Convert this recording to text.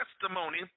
testimony